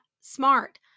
smart